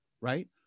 right